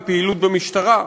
מפעילות במשטרה,